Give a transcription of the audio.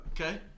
Okay